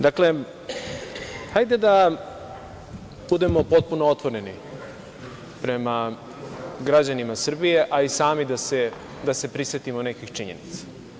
Dakle, hajde da budemo potpuno otvoreni prema građanima Srbije, a i sami da se prisetimo nekih činjenica.